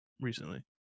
recently